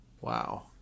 Wow